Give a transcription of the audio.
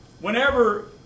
whenever